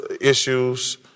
issues